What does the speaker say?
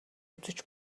үзэж